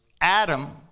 Adam